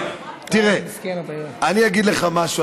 אני אגיד לך משהו,